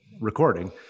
recording